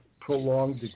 prolonged